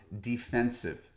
defensive